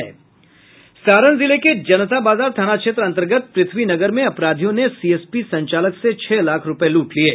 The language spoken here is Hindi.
सारण जिले के जनता बाजार थाना क्षेत्र अंतर्गत पृथ्वी नगर में अपराधियों ने सीएसपी संचालक से छह लाख रूपये लूट लिये